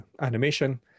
animation